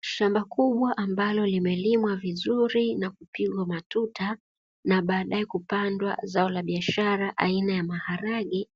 Shamba kubwa ambalo limelimwa vizuri na kupigwa matuta na baadae kupandwa zao la biashara aina ya maharage,